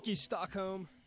Stockholm